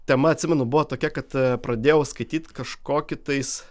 tema atsimenu buvo tokia kad pradėjau skaityt kažkokį tais